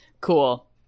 Cool